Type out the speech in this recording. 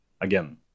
again